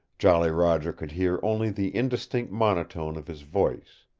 jolly roger could hear only the indistinct monotone of his voice.